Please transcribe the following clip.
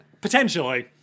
Potentially